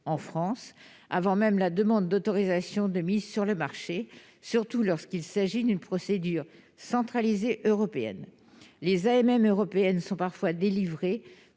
en France avant même la demande d'autorisation de mise sur le marché, surtout lorsqu'il s'agit d'une procédure centralisée européenne- les AMM européennes sont parfois délivrées